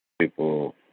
people